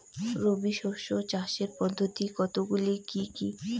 রবি শস্য চাষের পদ্ধতি কতগুলি কি কি?